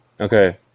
Okay